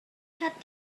hat